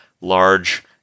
large